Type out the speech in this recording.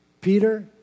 Peter